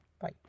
Bye